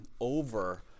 over